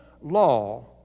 law